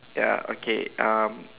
ya okay um